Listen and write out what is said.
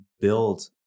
build